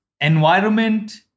environment